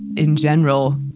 in general,